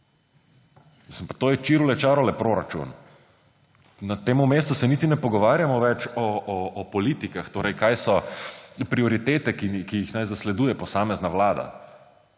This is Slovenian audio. To je čirule čarule proračun! Na tem mestu se niti ne pogovarjamo več o politikah, torej kaj so prioritete, ki naj jih zasleduje posamezna vlada.